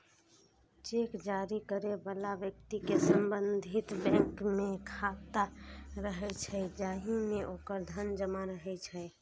cheque जारी करै बला व्यक्ति के संबंधित बैंक मे खाता रहै छै, जाहि मे ओकर धन जमा रहै छै